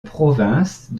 province